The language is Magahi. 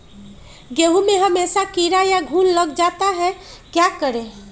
गेंहू में हमेसा कीड़ा या घुन लग जाता है क्या करें?